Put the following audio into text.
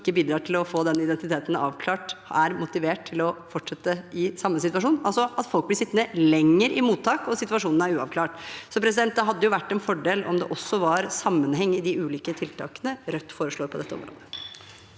som ikke bidrar til å få den identiteten avklart, er motivert til å fortsette i samme situasjon – altså at folk blir sittende lenger i mottak, og situasjonen forblir uavklart. Det hadde vært en fordel om det også var sammenheng i de ulike tiltakene Rødt foreslår på dette området.